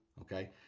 okay